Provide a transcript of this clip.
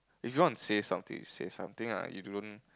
if you want to say something you say something ah you don't